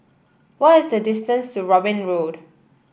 what is the distance to Robin Road